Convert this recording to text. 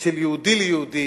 של יהודי ליהודי,